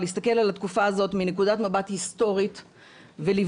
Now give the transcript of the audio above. להסתכל על התקופה הזאת מנקודת מבט היסטורית ולבדוק,